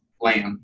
land